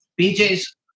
BJ's